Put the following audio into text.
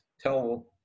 tell